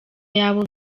y’abo